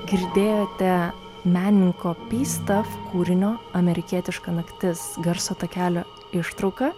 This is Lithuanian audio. girdėjote menininko pystav kūrinio amerikietiška naktis garso takelio ištrauką